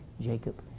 Jacob